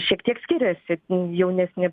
šiek tiek skiriasi jaunesni